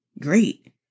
great